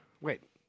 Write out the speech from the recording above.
Wait